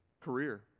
career